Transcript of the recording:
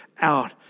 out